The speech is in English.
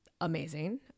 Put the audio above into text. amazing